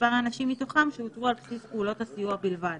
ומספר האנשים מתוכם שאותרו על בסיס פעולות הסיוע בלבד,